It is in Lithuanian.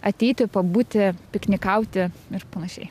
ateiti pabūti piknikauti ir panašiai